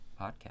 podcast